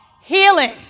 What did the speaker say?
healing